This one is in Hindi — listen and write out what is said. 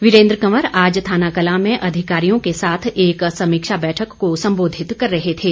वीरेन्द्र कंवर आज थानाकलां में अधिकारियों के साथ एक समीक्षा बैठक को संबोधित कर रहे थे